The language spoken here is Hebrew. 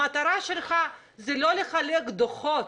המטרה שלך היא לא לחלק דוחות.